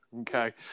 Okay